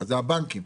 זה הבנקים.